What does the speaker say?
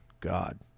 god